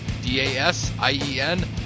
D-A-S-I-E-N